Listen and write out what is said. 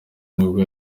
nibwo